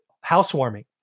housewarming